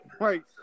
Right